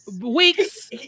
Weeks